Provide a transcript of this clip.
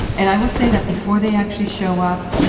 and i will say that, before they actually show up,